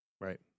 Right